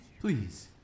please